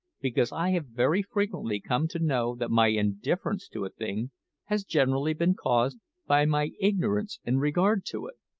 because i have very frequently come to know that my indifference to a thing has generally been caused by my ignorance in regard to it.